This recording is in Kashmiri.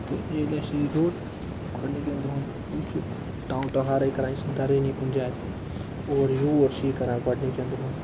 تہٕ ییٚلہِ اَسہِ یہِ روٚت گۄڈٕنِکٮ۪ن دۄہَن یہِ چھُ ٹَو ٹٕہارَے کَران یہِ چھِنہٕ دَرٲنی کُنہِ جایہِ اورٕ یور چھِ یہِ کَران گۄڈٕنِکٮ۪ن دۄہَن